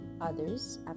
others